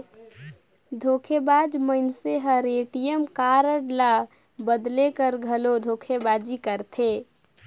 धोखेबाज मइनसे हर ए.टी.एम कारड ल बलेद कर घलो धोखेबाजी करथे